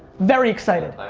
very excited.